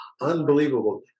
unbelievable